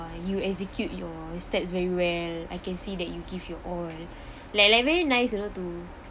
you execute your steps very well I can see that you give your all like like very nice you know to